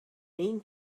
mean